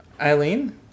eileen